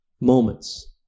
moments